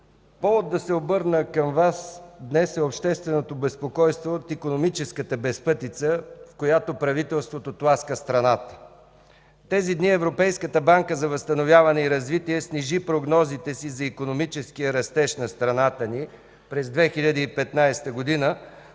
Повод да се обърна към вас днес е общественото безпокойство от икономическата безпътица, в която правителството тласка страната ни. Тези дни Европейската банка за възстановяване и развитие снижи прогнозите си за икономическия растеж на страната ни през 2015 г.